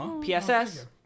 PSS